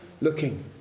looking